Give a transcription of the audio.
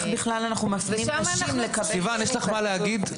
סיון, יש לך מה להגיד?